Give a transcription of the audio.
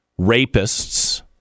rapists